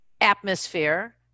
atmosphere